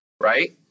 right